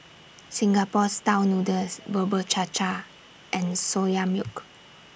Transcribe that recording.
Singapore Style Noodles Bubur Cha Cha and Soya Milk